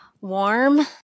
warm